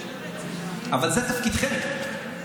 אבל זה תפקידכם.